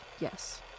yes